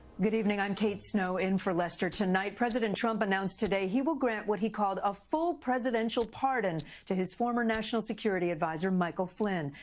good evening. i'm kate snow in for lester tonight. president trump announced today he will grant what he called a full presidential pardon to his former national security adviser michael flynn.